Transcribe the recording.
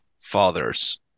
fathers